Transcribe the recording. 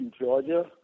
Georgia